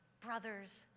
brothers